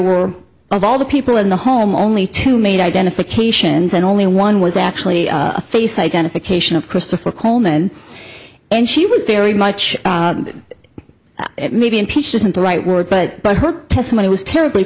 were of all the people in the home only two made identifications and only one was actually a face identification of christopher coleman and she was very much maybe impeached isn't the right word but but her testimony was terribly